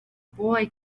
boy